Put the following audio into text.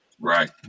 right